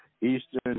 Eastern